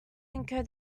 encode